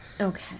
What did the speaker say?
Okay